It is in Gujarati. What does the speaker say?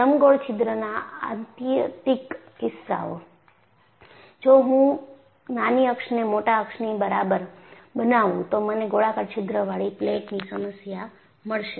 લંબગોળ છિદ્રના આત્યંતિક કિસ્સાઓ જો હું નાની અક્ષને મોટા અક્ષની બરાબર બનાવું તો મને ગોળાકાર છિદ્રવાળી પ્લેટની સમસ્યા મળશે